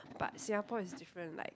but Singapore is different like